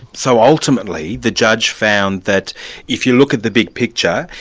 so ultimately, the judge found that if you look at the big picture,